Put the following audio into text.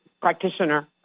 practitioner